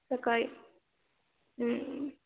सकाळी